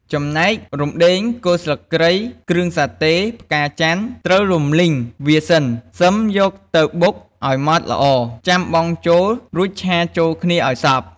ចំណែករំដេង គល់ស្លឹកគ្រៃ គ្រឿងសាតេ ផ្កាចន្ទន៍ត្រូវរំលីងវាសិន សិមយកទៅបុកឱ្យម៉ដ្ឋល្អ ចាំបង់ចូល រួចឆាចូលគ្នាឱ្យសព្វ។